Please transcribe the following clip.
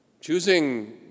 Choosing